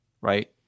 right